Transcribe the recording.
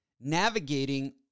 navigating